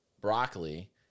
broccoli